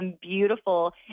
beautiful